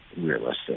realistic